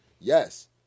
Yes